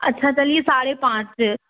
अच्छा चलिए साढ़े पाँच फिर